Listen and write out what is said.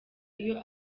iyo